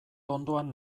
ondoan